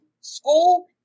school